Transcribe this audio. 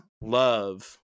love